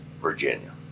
Virginia